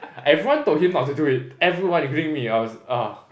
everyone told him not to do it everyone including me I was uh